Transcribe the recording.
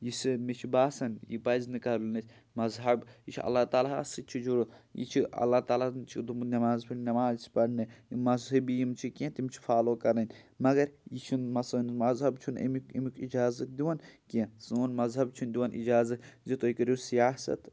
یُس یہِ مےٚ چھِ باسان یہِ پَزِ نہٕ کَرُن اَسہِ مذہَب یہِ چھِ اللہ تعلیٰ ہَس سۭتۍ چھِ جُڑُن یہِ چھِ اللہ تعلیٰ ہَن چھِ دوٚپمُت نٮ۪ماز پَر نٮ۪ماز چھِ پَرنہِ یِم مذۂبی یِم چھِ کینٛہہ تِم چھِ فالو کَرٕنۍ مگر یہِ چھُنہٕ مَ سٲنِس مذہَب چھُنہٕ ایٚمیُک اِجازت دِوان کینٛہہ سون مذہَب چھُنہٕ دِوان اِجازت زِ تُہۍ کٔرِو سیاسَت